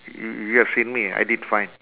y~ you have seen me I did fine